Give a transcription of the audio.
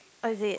oh is it